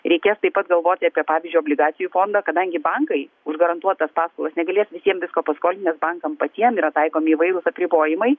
reikės taip pat galvoti apie pavyzdžiui obligacijų fondą kadangi bankai už garantuotas paskolas negalės visiem visko paskolint nes bankam patiem yra taikomi įvairūs apribojimai